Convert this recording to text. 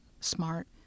smart